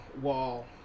wall